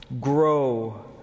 grow